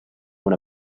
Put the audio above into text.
una